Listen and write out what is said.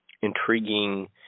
intriguing